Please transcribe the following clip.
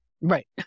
Right